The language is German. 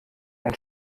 ein